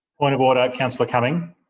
point of order, councillor cumming.